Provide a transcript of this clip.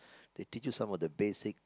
they teach you some of the basic